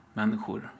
människor